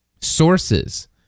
Sources